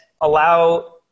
allow